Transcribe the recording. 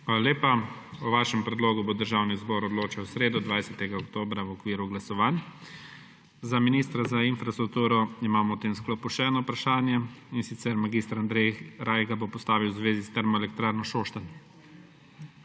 Hvala lepa. O vašem predlogu bo Državni zbor odločal v sredo, 20. oktobra, v okviru glasovanj. Za ministra za infrastrukturo imamo v tem sklopu še eno vprašanje, in sicer mag. Andrej Rajh ga bo postavil v zvezi s Termoelektrarno Šoštanj.